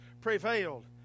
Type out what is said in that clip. prevailed